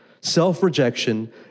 Self-rejection